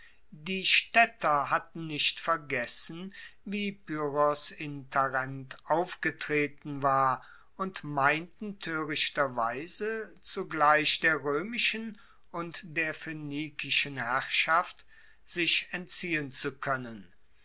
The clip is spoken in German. die staedter hatten nicht vergessen wie pyrrhos in tarent aufgetreten war und meinten toerichterweise zugleich der roemischen und der phoenikischen herrschaft sich entziehen zu koennen